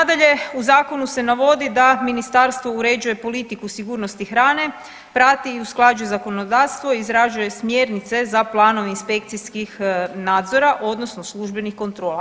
Nadalje, u zakonu se navodi da ministarstvo uređuje politiku sigurnosti hrane, prati i usklađuje zakonodavstvo, izrađuje smjernice za planove inspekcijskih nadzora odnosno službenih kontrola.